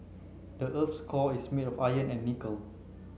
the earth's core is made of iron and nickel